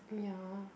ya